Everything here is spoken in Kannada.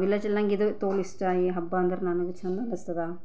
ವಿಲೇಜಲ್ಲಿ ನನಗಿದು ತೋಲ್ ಇಷ್ಟ ಈ ಹಬ್ಬ ಅಂದರೆ ನನಗೆ ಚೆಂದ ಅನ್ನಿಸ್ತದೆ